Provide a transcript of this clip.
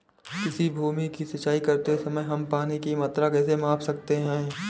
किसी भूमि की सिंचाई करते समय हम पानी की मात्रा कैसे माप सकते हैं?